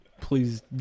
please